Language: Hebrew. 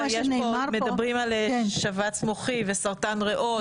מדברים פה על שבץ מוחי, וסרטן ריאות